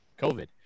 COVID